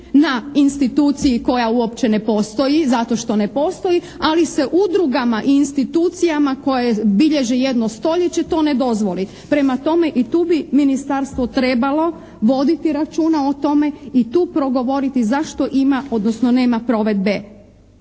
na instituciji koja uopće ne postoji zato što ne postoji, ali se udrugama i institucijama koje bilježe jedno stoljeće to ne dozvoli. Prema tome, i tu bi ministarstvo trebalo voditi računa o tome i tu progovoriti zašto ima odnosno nema provedbe